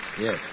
Yes